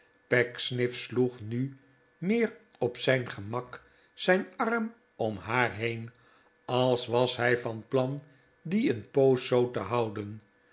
pecksniff sloeg nu meer op zijn gemak zijn arm om haar heen als was hij van plan dien een poos zoo te houden